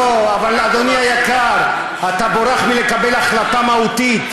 לא, אדוני היקר, אתה בורח מלקבל החלטה מהותית.